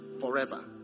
forever